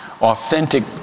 authentic